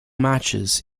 matches